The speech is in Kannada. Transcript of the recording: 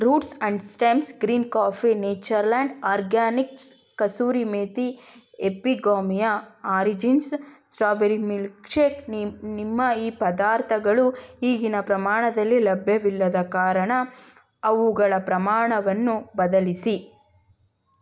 roots and stems green coffee Natureland organics kasuri methi Epigamia origins strawberry milkshake ನಿಮ್ಮ ನಿಮ್ಮ ಈ ಪದಾರ್ಥಗಳು ಈಗಿನ ಪ್ರಮಾಣದಲ್ಲಿ ಲಭ್ಯವಿಲ್ಲದ ಕಾರಣ ಅವುಗಳ ಪ್ರಮಾಣವನ್ನು ಬದಲಿಸಿ